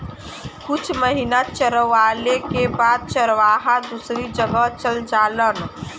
कुछ महिना चरवाले के बाद चरवाहा दूसरी जगह चल जालन